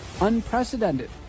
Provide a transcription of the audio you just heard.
unprecedented